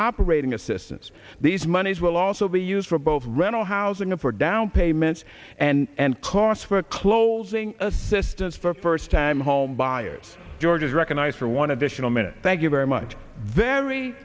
parading assistance these monies will also be used for both rental housing and for down payments and costs for closing assistance for first time homebuyers george's recognize for one additional minute thank you very much very